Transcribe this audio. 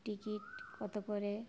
ticket কত করে